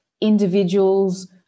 individuals